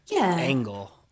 angle